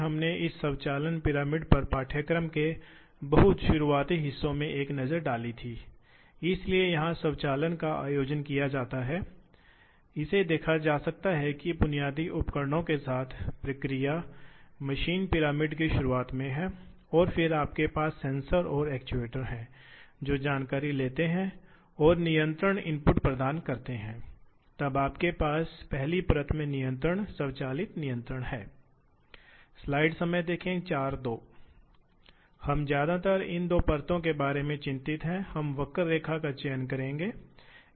तो खराद मशीन में ऐसा होता है कि आपके पास यह है यह काम का टुकड़ा है जिसे एक होल्डिंग तंत्र में आयोजित किया जाता है जिसे आमतौर पर चक के रूप में जाना जाता है चक के रूप में जाना जाता है और चक को एक स्पिंडल द्वारा घुमाया जाता है जो कि यहाँ एक है ड्राइव मोटर इसलिए आपके पास यहां एक मोटर ड्राइव है और इसलिए काम का टुकड़ा घूम रहा है और यह उपकरण है यह उपकरण धारक है जो चलता है इसलिए उपकरण धारक इसे स्थानांतरित कर सकता है स्थानांतरित कर सकता है